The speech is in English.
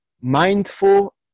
mindful